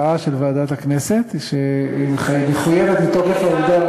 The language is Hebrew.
זאת הודעה של ועדת הכנסת שמחויבת מתוקף העובדה,